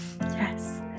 yes